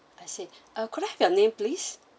I see uh could I have your name please